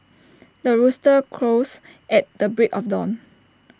the rooster crows at the break of dawn